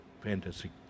fantastic